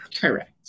correct